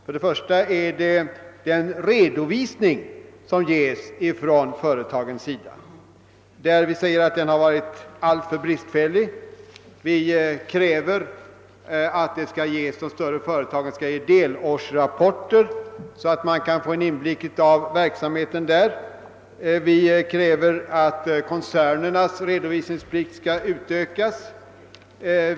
För det första anser vi att den redovisning som ges från företagen har varit alltför bristfällig och kräver att de större företagen skall ge delårsrapporter, så att man kan få en inblick i verksamheten. Vi kräver att koncernernas redovisningsplikt skall utökas.